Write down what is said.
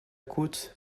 côte